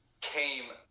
Came